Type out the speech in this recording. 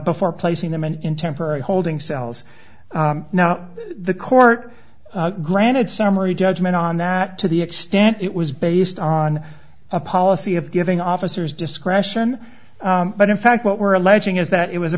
before placing them in temporary holding cells now the court granted summary judgment on that to the extent it was based on a policy of giving officers discretion but in fact what we're alleging is that it was a